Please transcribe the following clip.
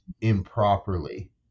improperly